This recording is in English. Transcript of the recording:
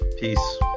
Peace